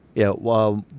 yeah. well,